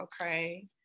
Okay